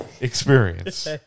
experience